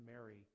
Mary